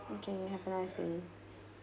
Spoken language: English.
okay have a nice day